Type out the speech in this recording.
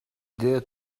there